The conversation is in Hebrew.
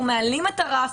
אנחנו המחוקק מעלים את הרף,